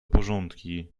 porządki